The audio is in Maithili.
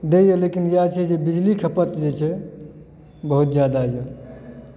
दए यऽ लेकिन इएह छै जे बिजली खपत जे छै बहुत जादा यऽ